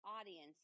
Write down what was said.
audiences